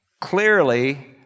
Clearly